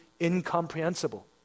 incomprehensible